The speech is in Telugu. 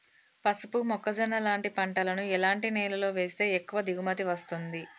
పసుపు మొక్క జొన్న పంటలను ఎలాంటి నేలలో వేస్తే ఎక్కువ దిగుమతి వస్తుంది?